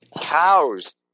cows